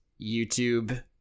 YouTube